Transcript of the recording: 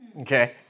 Okay